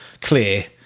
clear